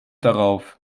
darauf